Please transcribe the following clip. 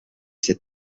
cette